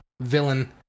villain